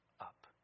up